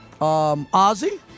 Ozzy